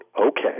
okay